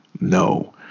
No